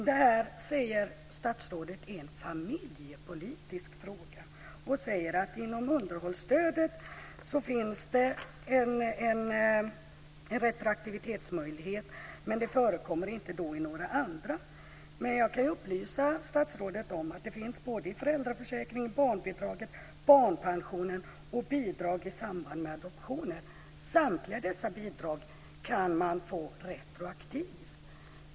Statsrådet säger att det här en familjepolitisk fråga och säger att det inom underhållsstödet finns en retroaktivitetsmöjlighet men att det inte förekommer i några andra stöd. Men jag kan upplysa statsrådet om att det finns när det gäller både föräldraförsäkringen, barnbidraget, barnpensionen och bidrag i samband med adoptioner. Samtliga dessa bidrag kan man få retroaktivt.